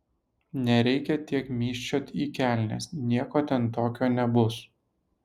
nereikia tiek myžčiot į kelnes nieko ten tokio nebus